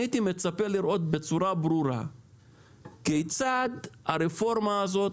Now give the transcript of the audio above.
אני הייתי מצפה לראות בצורה ברורה כיצד הרפורמה הזאת